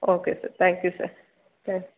okay sir thank you sir thank